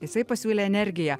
jisai pasiūlė energiją